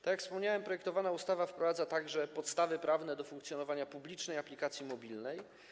Tak jak wspomniałem, projektowana ustawa wprowadza także podstawy prawne do funkcjonowania publicznej aplikacji mobilnej.